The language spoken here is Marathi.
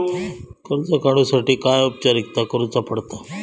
कर्ज काडुच्यासाठी काय औपचारिकता करुचा पडता?